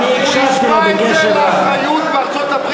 זה מה שהוא אמר, אני הקשבתי לו בקשב רב.